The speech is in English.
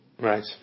Right